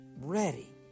ready